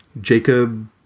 Jacob